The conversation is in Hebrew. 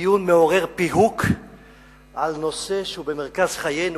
דיון מעורר פיהוק על נושא שהוא במרכז חיינו.